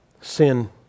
sin